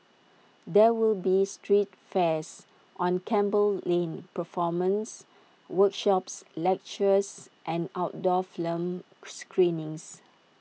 there will be street fairs on Campbell lane performances workshops lectures and outdoor film screenings